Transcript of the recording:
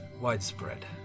widespread